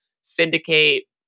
syndicate